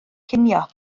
cinio